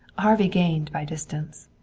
harvey gained by distance.